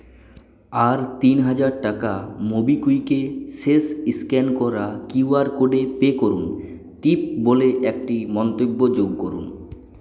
আর তিন হাজার টাকা মোবিকুইকে শেষ স্ক্যান করা কিউ আর কোডে পে করুন টিপ বলে একটি মন্তব্য যোগ করুন